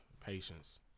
Patience